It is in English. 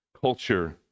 culture